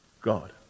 God